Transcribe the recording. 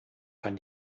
kann